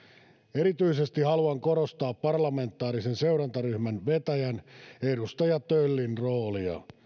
erityisesti haluan korostaa parlamentaarisen seurantaryhmän vetäjän edustaja töllin roolia